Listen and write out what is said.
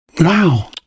Wow